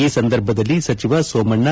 ಈ ಸಂದರ್ಭದಲ್ಲಿ ಸಚಿವ ಸೋಮಣ್ಣ